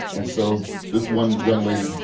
and so this one young lady,